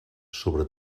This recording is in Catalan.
sobre